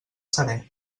seré